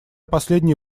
последние